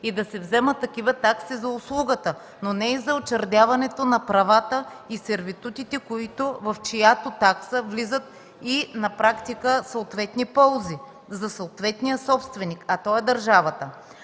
и да се вземат за услугата, но не и за учредяването на правата и сервитутите, в чиято такса влизат и на практика съответни ползи за съответния собственик, а той е държавата.